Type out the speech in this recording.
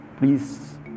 Please